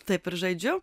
taip ir žaidžiu